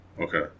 Okay